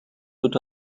doit